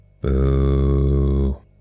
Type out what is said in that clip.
Boo